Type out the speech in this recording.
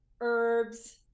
herbs